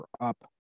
up